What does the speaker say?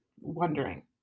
wondering